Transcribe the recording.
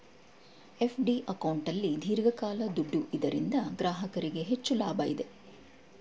FD ಅಕೌಂಟಲ್ಲಿ ದೀರ್ಘಕಾಲ ದುಡ್ಡು ಇದರಿಂದ ಗ್ರಾಹಕರಿಗೆ ಹೆಚ್ಚು ಲಾಭ ಇದೆ